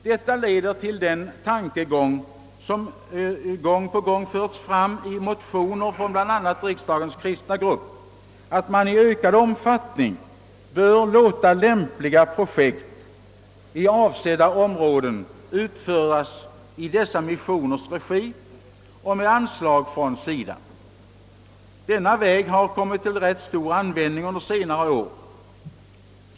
Detta leder till den tanke som gång på gång förts fram i motioner från bl.a. riksdagens kristna grupp att man i ökad omfattning bör låta lämpliga projekt i avsedda områden utföras i dessa missioners regi och med anslag från SIDA. Denna utväg har kommit till rätt stor användning under senare år.